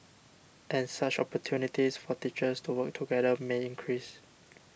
and such opportunities for teachers to work together may increase